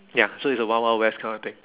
ya so it's a wild wild west kind of thing